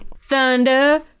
Thunder